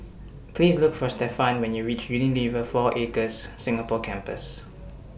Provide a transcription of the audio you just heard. Please Look For Stephen when YOU REACH Unilever four Acres Singapore Campus